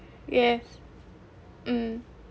yes um